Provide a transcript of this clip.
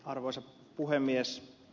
arvoisa puhemies